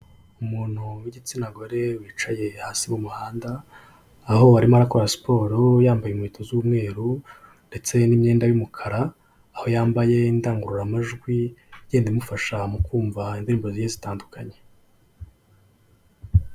Umuntu w'igitsina gore wicaye hasi mu muhanda, aho arimo akora siporo yambaye inkweto z'umweru ndetse n'imyenda y'umukara, aho yambaye indangururamajwi igenda imufasha mu kumva indirimbo zitandukanye.